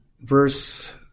verse